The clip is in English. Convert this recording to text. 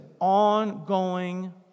ongoing